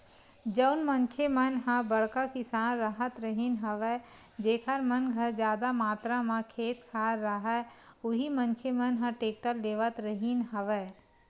जउन मनखे मन ह बड़का किसान राहत रिहिन हवय जेखर मन घर जादा मातरा म खेत खार राहय उही मनखे मन ह टेक्टर लेवत रिहिन हवय